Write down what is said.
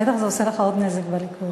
בטח זה עושה לך עוד נזק בליכוד.